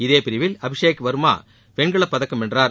இதே பிரிவில் அபிஷேக் வர்மா வெண்கலப் பதக்கம் வென்றார்